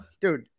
dude